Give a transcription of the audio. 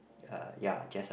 uh ya just